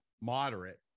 moderate